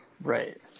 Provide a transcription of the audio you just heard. Right